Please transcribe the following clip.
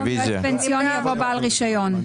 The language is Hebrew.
שקל אחד, רועי כהן, לא מצאו לעצמאים.